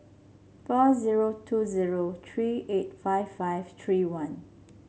four zero two zero three eight five five three one